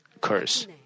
curse